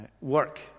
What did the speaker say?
work